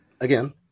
again